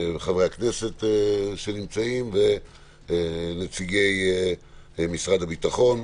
חברי הכנסת שנמצאים, נציגי משרד הביטחון.